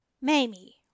Mamie